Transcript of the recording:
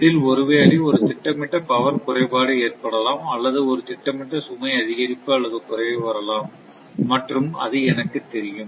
இதில் ஒருவேளை ஒரு திட்டமிட்ட பவர் குறைபாடு ஏற்படலாம் அல்லது ஒரு திட்டமிட்ட சுமை அதிகரிப்பு அல்லது குறைவு வரலாம் மற்றும் அது எனக்கு தெரியும்